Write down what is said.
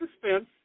suspense